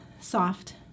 soft